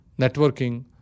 networking